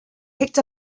picked